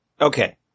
Okay